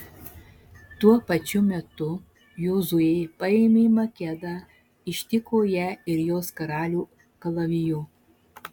tuo pačiu metu jozuė paėmė makedą ištiko ją ir jos karalių kalaviju